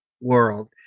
world